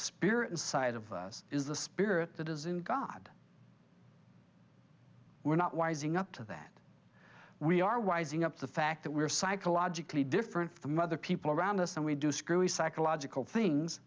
spirit inside of us is the spirit that is in god we're not wising up to that we are wising up the fact that we are psychologically different from other people around us and we do screwy psychological things